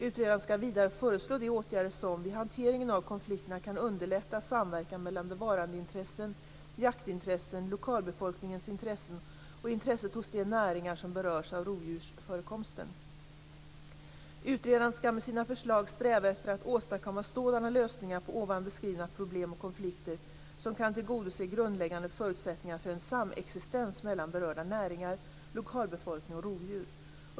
Utredaren skall vidare föreslå de åtgärder som, vid hanteringen av konflikterna, kan underlätta samverkan mellan bevarandeintressen, jaktintressen, lokalbefolkningens intressen och intresset hos de näringar som berörs av rovdjursförekomsten. Utredaren skall med sina förslag sträva efter att åstadkomma sådana lösningar på ovan beskrivna problem och konflikter som kan tillgodose grundläggande förutsättningar för en samexistens mellan berörda näringar, lokalbefolkning och rovdjur.